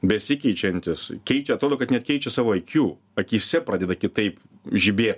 besikeičiantis keičia atrodo kad net keičia savo iq akyse pradeda kitaip žibėt